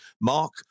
Mark